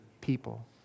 people